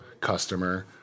customer